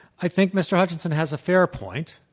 i think mr. hutchinson has a fair point.